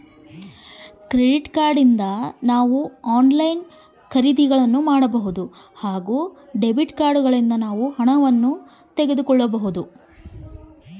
ನಮಗೆ credit card ಮತ್ತು debit ಕಾರ್ಡುಗಳಿಂದ ಏನು ಉಪಯೋಗ?